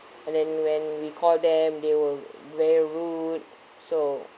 and then when we call them they were very rude so